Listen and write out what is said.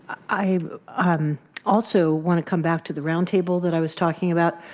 i also want to come back to the roundtable that i was talking about,